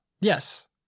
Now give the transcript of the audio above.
Yes